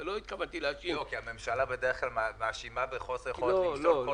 כי הממשלה בדרך כלל מאשימה כל גוף אחר בחוסר יכולת למשול.